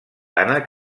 ànec